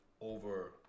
over